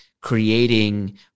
creating